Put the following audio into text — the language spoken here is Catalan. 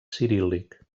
ciríl·lic